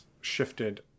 shifted